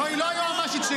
לא, היא לא היועמ"שית שלי.